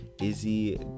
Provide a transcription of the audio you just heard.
Izzy